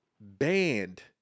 banned